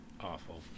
Awful